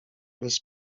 bez